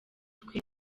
twe